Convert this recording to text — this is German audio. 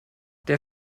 der